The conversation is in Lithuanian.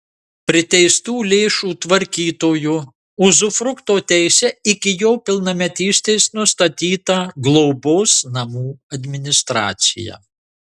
priteistų lėšų tvarkytoju uzufrukto teise iki jo pilnametystės nustatyta globos namų administracija